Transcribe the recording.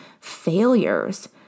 failures